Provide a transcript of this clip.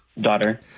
Daughter